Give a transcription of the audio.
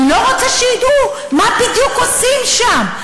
אני לא רוצה שידעו מה בדיוק עושים שם.